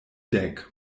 dek